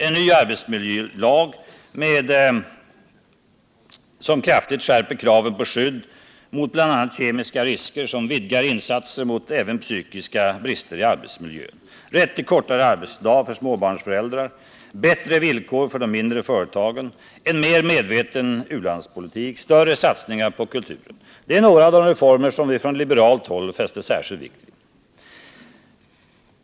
En ny arbetsmiljölag, som kraftigt skärper kraven på skydd mot bl.a. kemiska risker och som vidgar insatserna mot även psykiska brister i arbetsmiljön, rätt till kortare arbetsdag för småbarnsföräldrar, bättre villkor för de mindre företagen, en mer medveten u-landspolitik, större satsningar på kulturen — det är några av de många reformer som vi från liberalt håll fäster särskild vikt vid.